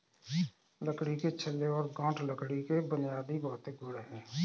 लकड़ी के छल्ले और गांठ लकड़ी के बुनियादी भौतिक गुण हैं